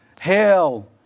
Hail